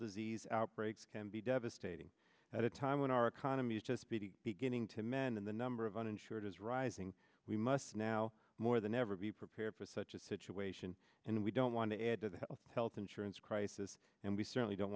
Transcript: disease outbreaks can be devastating at a time when our economy is just beginning to men and the number of uninsured is rising we must now more than ever be prepared for such a situation and we don't want to add to the health insurance crisis and we certainly don't